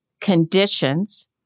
conditions